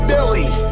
Billy